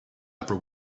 upper